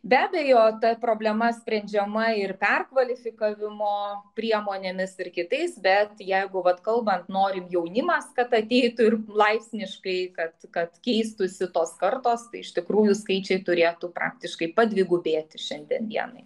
be abejo ta problema sprendžiama ir perkvalifikavimo priemonėmis ir kitais bet jeigu vat kalbant norim jaunimas kad ateitų ir laipsniškai kad kad keistųsi tos kartos tai iš tikrųjų skaičiai turėtų praktiškai padvigubėti šiandien dienai